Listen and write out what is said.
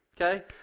okay